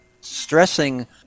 stressing